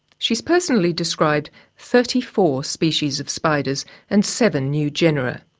she's personally described thirty four species of spiders and seven new genera.